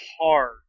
hard